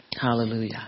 Hallelujah